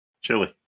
chili